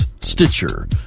Stitcher